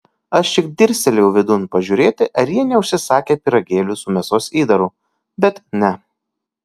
aš tik dirstelėjau vidun pažiūrėti ar jie neužsisakę pyragėlių su mėsos įdaru bet ne